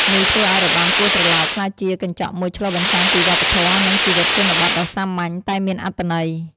នេះធ្វើឱ្យរបាំគោះត្រឡោកក្លាយជាកញ្ចក់មួយឆ្លុះបញ្ចាំងពីវប្បធម៌ និងជីវិតជនបទដ៏សាមញ្ញ តែមានអត្ថន័យ។